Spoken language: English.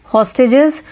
Hostages